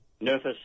nervous